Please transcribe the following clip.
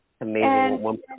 Amazing